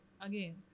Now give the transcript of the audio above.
again